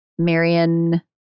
Marion